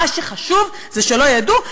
מה שחשוב זה שלא ידעו.